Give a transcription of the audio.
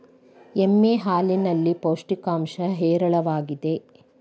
ಎಮ್ಮೆ ಹಾಲಿನಲ್ಲಿ ಪೌಷ್ಟಿಕಾಂಶ ಹೇರಳವಾಗಿದೆ